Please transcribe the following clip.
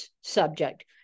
subject